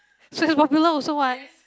so it's popular also what